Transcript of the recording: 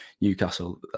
Newcastle